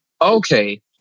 Okay